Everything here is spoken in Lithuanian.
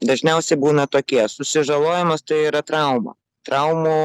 dažniausiai būna tokie susižalojamas tai yra trauma traumų